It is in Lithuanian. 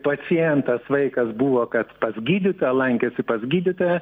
pacientas vaikas buvo kad pas gydytoją lankėsi pas gydytoją